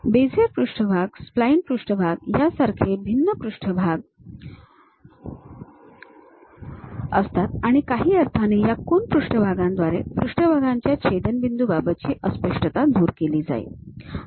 Bezier bezier पृष्ठभाग spline पृष्ठभाग यांसारखे भिन्न प्रकारचे पृष्ठभाग असतात आणि काही अर्थाने या कून पृष्ठभागांद्वारे पृष्ठभागांच्या छेदनबिंदूबाबतची अस्पष्टता दूर केली जाईल